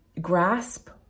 grasp